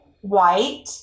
white